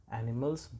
animals